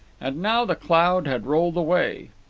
and now the cloud had rolled away.